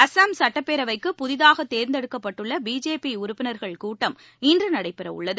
அசாம் சட்டப்பேரவைக்கு புதிதாக தேர்ந்தெடுக்கப்பட்டுள்ள பிஜேபி உறுப்பினர்கள் கூட்டம் இன்று நடைபெறவுள்ளது